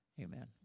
amen